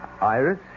Iris